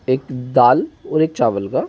एक दाल और एक चावल का